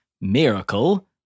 miracle